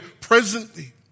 presently